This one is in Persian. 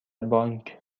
بانک